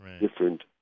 different